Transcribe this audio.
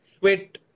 Wait